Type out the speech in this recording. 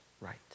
right